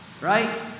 right